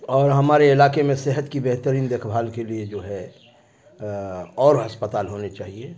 اور ہمارے علاقے میں صحت کی بہترین دیکھ بھال کے لیے جو ہے اور ہسپتال ہونے چاہیے